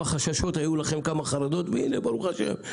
כמה חששות וחרדות היו לכם והנה ברוך השם,